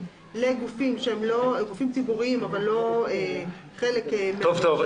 לגופים ציבוריים אבל לא חלק מ- -- טוב,